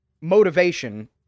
motivation